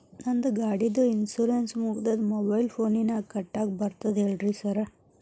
ನಂದ್ ಗಾಡಿದು ಇನ್ಶೂರೆನ್ಸ್ ಮುಗಿದದ ಮೊಬೈಲ್ ಫೋನಿನಾಗ್ ಕಟ್ಟಾಕ್ ಬರ್ತದ ಹೇಳ್ರಿ ಸಾರ್?